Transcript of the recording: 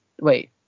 wait